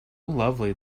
lovely